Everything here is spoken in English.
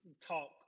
talk